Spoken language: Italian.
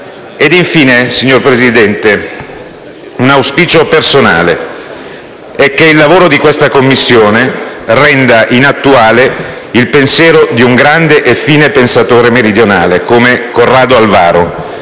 Infine, signor Presidente, formulo un auspicio personale: che il lavoro di questa Commissione renda inattuale il pensiero di un grande e fine pesatore meridionale come Corrado Alvaro,